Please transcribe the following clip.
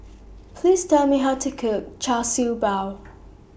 Please Tell Me How to Cook Char Siew Bao